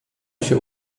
się